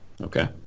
Okay